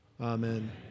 Amen